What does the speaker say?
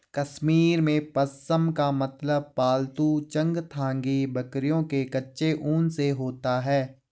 कश्मीर में, पश्म का मतलब पालतू चंगथांगी बकरियों के कच्चे ऊन से होता है